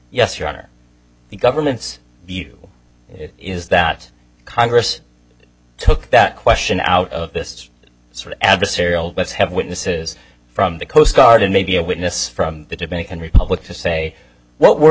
the government's view is that congress took that question out of this sort of adversarial let's have witnesses from the coast guard and maybe a witness from the dominican republic to say what were